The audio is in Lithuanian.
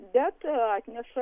bet atneša